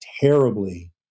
terribly